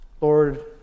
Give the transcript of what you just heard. Lord